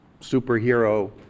superhero